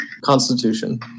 Constitution